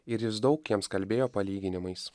ir jis daug jiems kalbėjo palyginimais